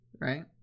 right